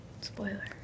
Spoiler